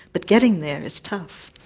but getting there is tough.